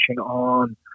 on